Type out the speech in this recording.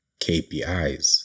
kpis